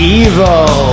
evil